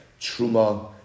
Truma